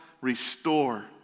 restore